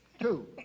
Two